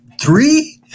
three